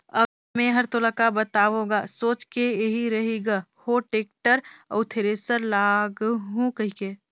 अब मे हर तोला का बताओ गा सोच के एही रही ग हो टेक्टर अउ थेरेसर लागहूँ कहिके